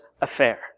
affair